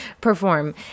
perform